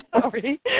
sorry